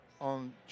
on